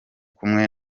kumwe